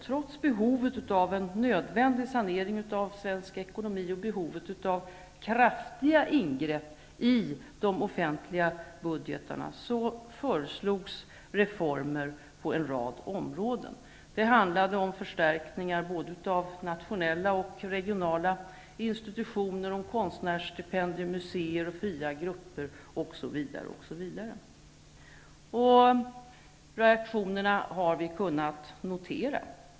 Trots behovet av en nödvändig sanering av svensk ekonomi och kraftiga ingrepp i de offentliga budgetarna, har reformer föreslagits på en rad områden. Det handlade om förstärkningar av både nationella och regionala institutioner, om konstnärsstipendier, museer, fria grupper, osv. osv., och reaktionerna har vi kunnat notera.